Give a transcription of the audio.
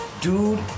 dude